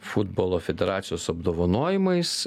futbolo federacijos apdovanojimais